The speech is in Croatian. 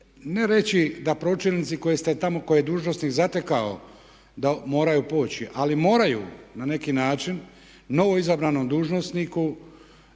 ne reći da pročelnici koje ste tamo, koje je dužnosnik zatekao da moraju proći ali moraju na neki način novoizabranom dužnosniku